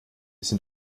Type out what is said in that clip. sind